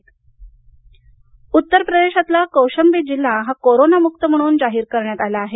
उत्तर प्रदेश कौसंबी उत्तर प्रदेशातला कौसंबी जिल्हा हा कोरोनामुक्त म्हणून जाहीर करण्यात आला आहे